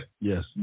Yes